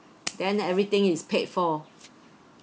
then everything is paid for